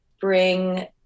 bring